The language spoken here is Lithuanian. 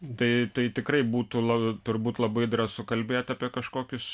tai tai tikrai būtų la turbūt labai drąsu kalbėti apie kažkokius